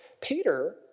Peter